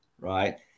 Right